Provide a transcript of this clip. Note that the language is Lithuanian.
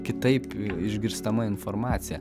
kitaip išgirstama informacija